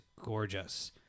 gorgeous